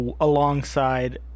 alongside